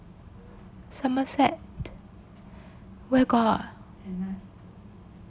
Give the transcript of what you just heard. somerset where got